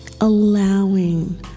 allowing